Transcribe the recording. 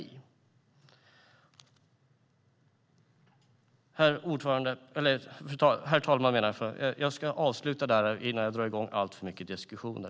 Herr talman! Jag slutar där innan jag drar igång alltför mycket diskussioner.